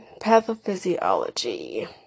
pathophysiology